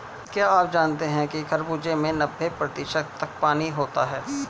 क्या आप जानते हैं कि खरबूजे में नब्बे प्रतिशत तक पानी होता है